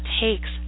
takes